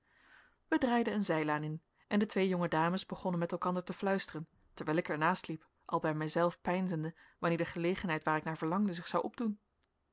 draaiden een zijlaan in en de twee jonge dames begonnen met elkander te fluisteren terwijl ik er naast liep al bij mijzelf peinzende wanneer de gelegenheid waar ik naar verlangde zich zou opdoen